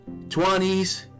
20s